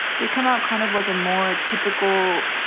they come out kind of like a more typical,